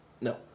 No